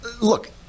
look